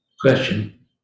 Question